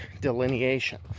delineation